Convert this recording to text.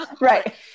Right